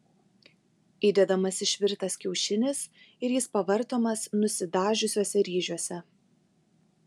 įdedamas išvirtas kiaušinis ir jis pavartomas nusidažiusiuose ryžiuose